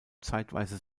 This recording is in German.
zeitweise